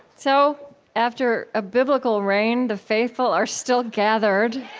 so after a biblical rain, the faithful are still gathered